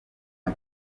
the